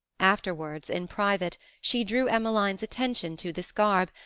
afterwards, in private, she drew emmeline's attention to this garb,